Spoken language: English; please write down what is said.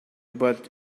but